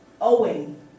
owing